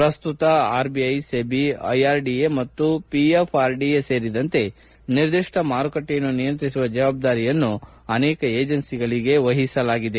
ಪ್ರಸ್ತುತ RBI SEBI IRDA ಮತ್ತು PFRDA ಸೇರಿದಂತೆ ನಿರ್ದಿಷ್ನ ಮಾರುಕಟ್ಲೆಯನ್ನು ನಿಯಂತ್ರಿಸುವ ಜವಾಬ್ಗಾರಿಯನ್ನು ಅನೇಕ ಏಜೆನ್ನೀಗಳಿಗೆ ವಹಿಸಲಾಗಿದೆ